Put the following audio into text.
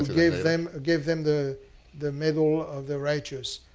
gave them gave them the the medal of the righteous.